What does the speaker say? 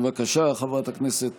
בבקשה, חברת הכנסת